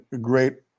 great